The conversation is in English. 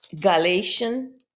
galatian